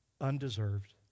undeserved